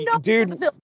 Dude